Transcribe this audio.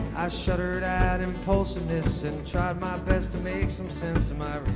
shuddered at impulsiveness and tried my best to make some sense of my